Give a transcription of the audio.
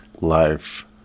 life